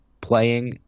playing